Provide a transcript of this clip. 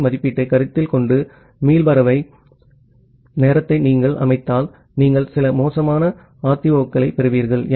RTT மதிப்பீட்டைக் கருத்தில் கொண்டு மீள்பார்வை நேரத்தை நீங்கள் அமைத்தால் நீங்கள் சில மோசமான RTOக்களைப் பெறுவீர்கள்